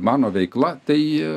mano veikla tai